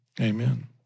Amen